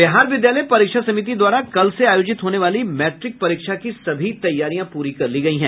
बिहार विद्यालय परीक्षा समिति द्वारा कल से आयोजित होने वाली मैट्रिक परीक्षा की सभी तैयारियां पूरी कर ली गयी हैं